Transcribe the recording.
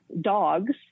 dogs